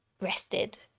rested